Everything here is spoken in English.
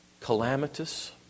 calamitous